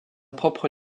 propre